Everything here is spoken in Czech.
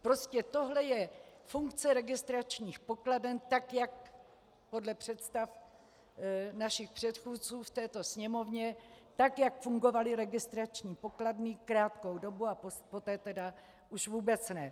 Prostě tohle je funkce registračních pokladen, tak jak podle představ našich předchůdců v této Sněmovně, tak jak fungovaly registrační pokladny krátkou dobu a poté už vůbec ne.